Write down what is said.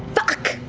fuck!